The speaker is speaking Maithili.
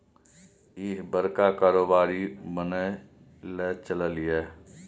इह बड़का कारोबारी बनय लए चललै ये